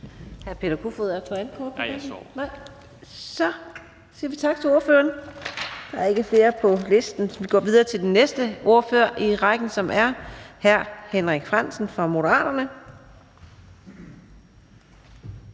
så siger vi tak til ordføreren. Der er ikke flere på listen, og vi går videre til den næste ordfører i rækken, som er hr. Henrik Frandsen fra Moderaterne.